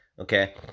okay